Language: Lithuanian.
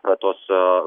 na tos